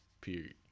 period